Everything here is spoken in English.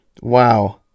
Wow